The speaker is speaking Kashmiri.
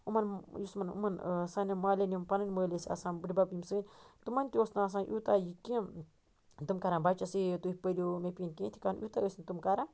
یِمن یُس یِمن یِمن سانیٚن مالین یِم پننٕۍ مٲلۍ ٲسۍ آسان بٕڈِبب یِم سٲنۍ تِمن تہِ اوس نہٕ آسان یوٗتاہ یہِ کیٚنٛہہ تٔمۍ کَران بَچس یہِ تُہۍ پٔرو مےٚ پیٚیِنۍ کیٚنٛہہ تہِ کَرُن یوٗتاہ ٲسۍ نہٕ تم کَرا